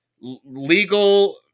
legal